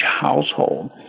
household